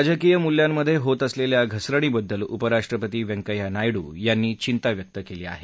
राजकीय मुल्यांमध्ये होत असलेल्या घसरणीबद्दल उपराष्ट्रपती व्यंकेय्या नायडू यांनी चिंता व्यक्त केली आहे